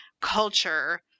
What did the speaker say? culture